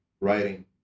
writing